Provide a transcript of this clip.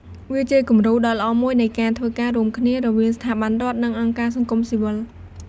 វាជាគំរូដ៏ល្អមួយនៃការធ្វើការរួមគ្នា រវាងស្ថាប័នរដ្ឋនិងអង្គការសង្គមស៊ីវិល។